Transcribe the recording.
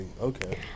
okay